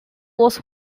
was